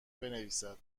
بنویسد